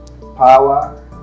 power